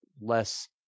less